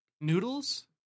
Noodles